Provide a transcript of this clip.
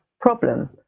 problem